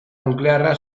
nuklearra